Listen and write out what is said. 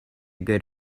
good